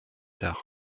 tard